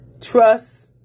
Trust